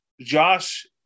Josh